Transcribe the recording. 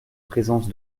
présence